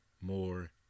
more